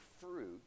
fruit